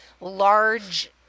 large